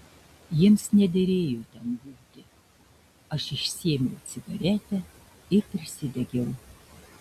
jiems nederėjo ten būti aš išsiėmiau cigaretę ir prisidegiau